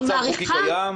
זה מצב חוקי קיים.